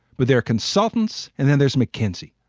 but they're consultants. and then there's mckinsey.